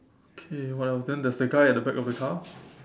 okay what else then there's a guy at the back of the car